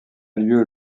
lieu